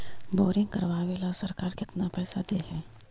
Boring करबाबे ल सरकार केतना पैसा दे है?